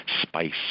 spice